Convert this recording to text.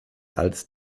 als